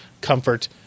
comfort